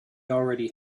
already